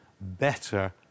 better